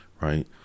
Right